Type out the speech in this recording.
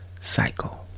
Cycle